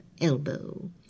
elbow